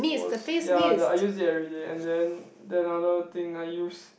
was ya the I use it everyday and then then other thing I use